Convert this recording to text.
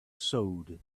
sewed